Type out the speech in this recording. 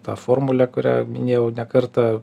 tą formulę kurią minėjau ne kartą